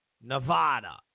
Nevada